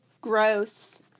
Gross